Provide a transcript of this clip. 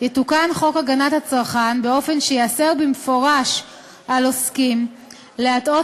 יתוקן חוק הגנת הצרכן כך שייאסר במפורש על עוסקים להטעות